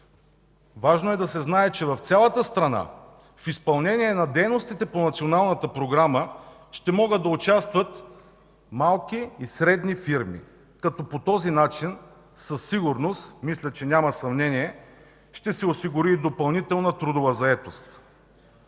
Важно е да се знае, че в цялата страна в изпълнение на дейностите по Националната програма ще могат да участват малки и средни фирми като по този начин със сигурност и мисля, че няма съмнение, ще се осигури допълнителна трудова заетост.